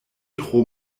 tro